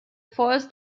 force